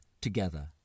together